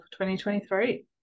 2023